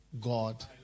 God